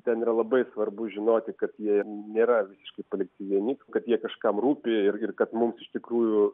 ten yra labai svarbu žinoti kad jie nėra visiškai palikti vieni kad jie kažkam rūpi ir ir kad mums iš tikrųjų